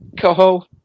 Coho